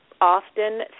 Often